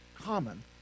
common